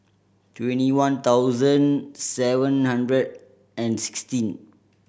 twenty one thousand seven hundred and sixteen